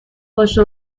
باشه